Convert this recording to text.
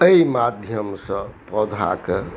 एहि माध्यमसँ पौधाके